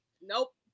Nope